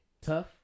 tough